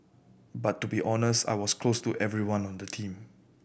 but to be honest I was close to everyone on the team